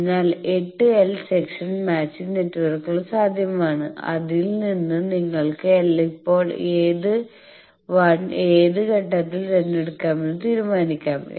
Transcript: അതിനാൽ 8 L section matching നെറ്റ്വർക്കുകൾ സാധ്യമാണ് അതിൽ നിന്ന് നിങ്ങൾക്ക് ഇപ്പോൾ ഏത് 1 ഏത് ഘട്ടത്തിൽ തിരഞ്ഞെടുക്കണമെന്ന് തീരുമാനിക്കാം